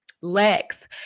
Lex